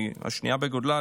השנייה בגודלה,